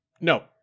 no